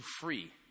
free